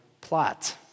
plot